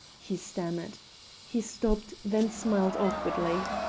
he stammered he stopped, then smiled awkwardly.